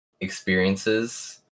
experiences